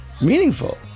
meaningful